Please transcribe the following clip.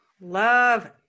love